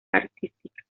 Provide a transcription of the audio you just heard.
artística